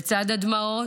לצד הדמעות,